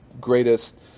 greatest